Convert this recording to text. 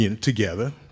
together